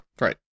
right